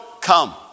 come